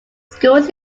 schools